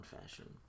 fashion